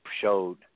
showed